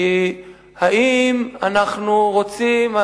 כי האם אנחנו רוצים,